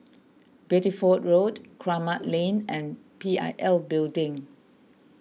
Bideford Road Kramat Lane and P I L Building